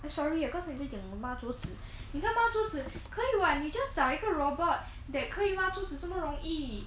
sorry ah cause 你在讲抹桌子你看抹桌子可以 [what] 你 just 找一个 robot that 可以抹桌子这么容易